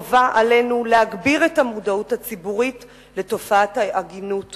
חובה עלינו להגביר את המודעות הציבורית לתופעת העגינות